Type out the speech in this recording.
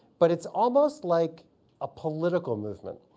but it's almost like a political movement,